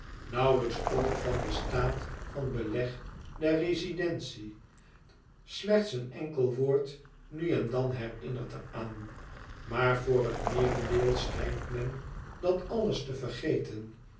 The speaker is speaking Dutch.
nauwlijks ook van den staat van beleg der rezidentie slechts een enkel woord nu en dan herinnert er aan maar voor het meerendeel schijnt men dat alles te vergeten